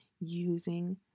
using